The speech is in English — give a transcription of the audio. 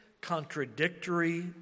contradictory